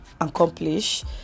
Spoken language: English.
accomplish